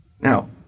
Now